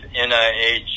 NIH